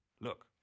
look